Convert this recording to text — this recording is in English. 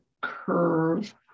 curve